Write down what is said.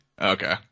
Okay